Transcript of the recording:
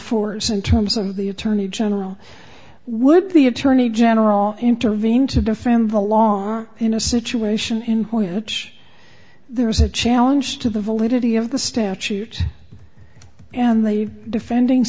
fours in terms of the attorney general would the attorney general intervene to defend the law in a situation in which there is a challenge to the validity of the statute and the defending